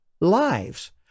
lives